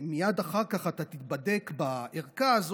ומייד אחר כך אתה תיבדק בערכה הזאת,